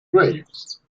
graves